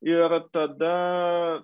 ir tada